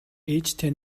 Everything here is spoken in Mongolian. ээжтэй